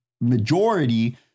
majority